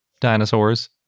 dinosaurs